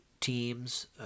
teams